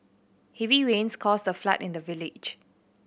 heavy rains caused a flood in the village